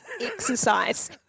exercise